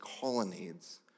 colonnades